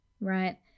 right